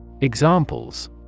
Examples